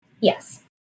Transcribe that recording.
Yes